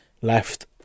left